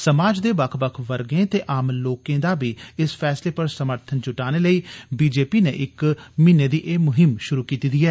समाज दे बक्ख बक्ख वर्गे ते आम लोकें दा बी इस फैसले पर समर्थन जुटाने लेई भाजपा नै इक म्हीने दी एह् मुहिम शुरू कीती दी ऐ